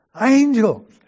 Angels